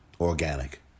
organic